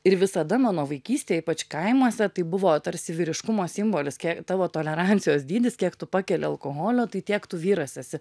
ir visada mano vaikystėj ypač kaimuose tai buvo tarsi vyriškumo simbolis kiek tavo tolerancijos dydis kiek tu pakeli alkoholio tai tiek tu vyras esi